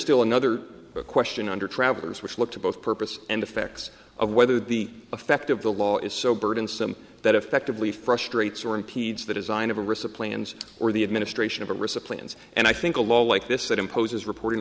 still another question under travelers which look to both purpose and effects of whether the effect of the law is so burdensome that effectively frustrates or impedes the design of a resupply and or the administration of a recipient and i think a lot like this that imposes reporting